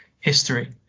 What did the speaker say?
history